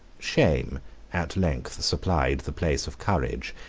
shame at length supplied the place of courage,